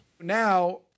Now